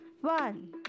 one